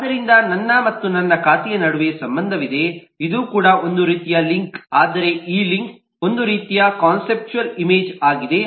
ಆದ್ದರಿಂದ ನನ್ನ ಮತ್ತು ನನ್ನ ಖಾತೆಯ ನಡುವೆ ಸಂಬಂಧವಿದೆ ಇದು ಕೂಡ ಒಂದು ರೀತಿಯ ಲಿಂಕ್ ಆದರೆ ಈ ಲಿಂಕ್ ಒಂದು ರೀತಿಯ ಕಾನ್ಸೆಪ್ಚುಯಲ್ ಇಮೇಜ್ ಆಗಿದೆ